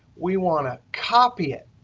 we want to copy it.